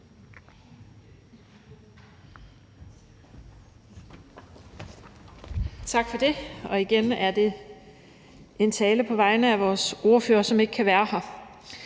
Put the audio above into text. Tak for det. Igen er det en tale på vegne af vores sædvanlige ordfører, som ikke kan være her.